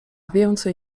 więcej